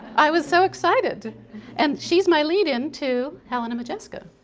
i was so excited and she's my lead in to helena modjeska.